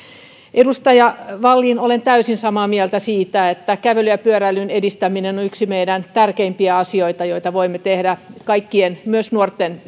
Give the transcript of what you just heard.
edustaja wallin olen täysin samaa mieltä siitä että kävelyn ja pyöräilyn edistäminen on yksi tärkeimpiä asioita joita voimme tehdä kaikkien myös nuorten